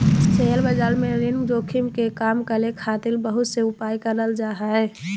share बाजार में ऋण जोखिम के कम करे खातिर बहुत से उपाय करल जा हय